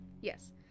yes